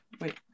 Wait